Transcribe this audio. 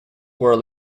were